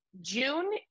June